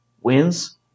wins